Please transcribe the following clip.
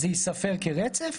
זה ייספר כרצף.